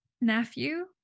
nephew